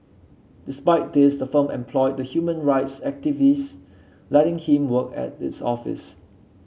despite this the firm employed the human rights activist letting him work at its office